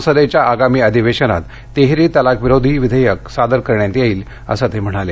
संसदेच्या आगामी अधिवेशनात तिहेरी तलाक विरोधी विधेयक सादर करण्यात येईल असं ते म्हणाले